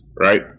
right